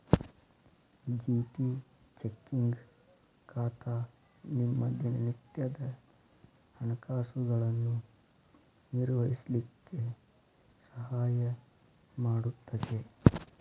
GT checking ಖಾತಾ ನಿಮ್ಮ ದಿನನಿತ್ಯದ ಹಣಕಾಸುಗಳನ್ನು ನಿರ್ವಹಿಸ್ಲಿಕ್ಕೆ ಸಹಾಯ ಮಾಡುತ್ತದೆ